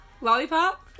lollipop